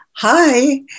hi